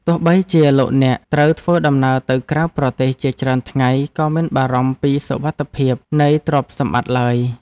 ទោះបីជាលោកអ្នកត្រូវធ្វើដំណើរទៅក្រៅប្រទេសជាច្រើនថ្ងៃក៏មិនបារម្ភពីសុវត្ថិភាពនៃទ្រព្យសម្បត្តិឡើយ។